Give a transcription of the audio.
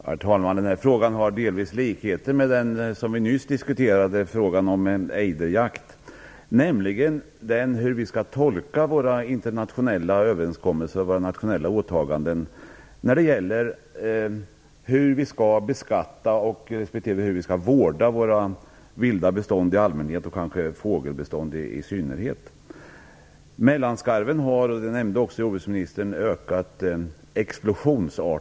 Herr talman! Den här frågan har vissa likheter med den vi nyss diskuterade, nämligen frågan om ejderjakt. Det handlar om hur vi skall tolka våra internationella överenskommelser och våra nationella åtaganden när det gäller hur vi skall beskatta respektive vårda våra vilda bestånd i allmänhet och fågelbestånden i synnerhet. Mellanskarven har ökat explosionsartad i Sverige under de senaste åren.